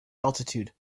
altitude